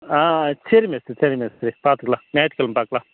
ஆ ஆ சரி மேஸ்திரி சரி மேஸ்திரி பார்த்துக்குலாம் ஞாயிற்று கிழம பார்க்கலாம்